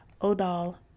Odal